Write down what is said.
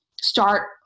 start